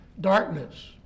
Darkness